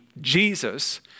Jesus